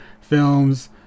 films